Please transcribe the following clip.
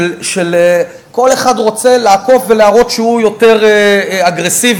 שכל אחד רוצה לעשות ולהראות שהוא יותר אגרסיבי.